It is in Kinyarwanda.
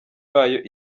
bayo